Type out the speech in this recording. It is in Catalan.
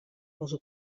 pels